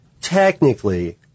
technically